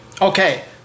Okay